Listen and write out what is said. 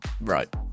Right